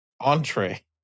entree